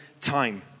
time